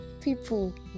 people